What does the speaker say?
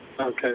Okay